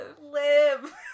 live